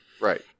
Right